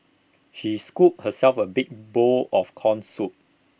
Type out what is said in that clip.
she scooped herself A big bowl of Corn Soup